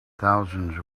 thousands